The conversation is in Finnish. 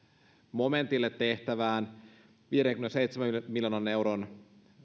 momentille tehtävään viidenkymmenenseitsemän miljoonan euron